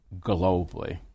globally